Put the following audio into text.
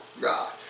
God